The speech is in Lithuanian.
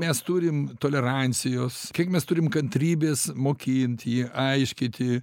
mes turim tolerancijos kiek mes turim kantrybės mokint jį aiškiti